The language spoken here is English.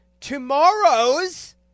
tomorrow's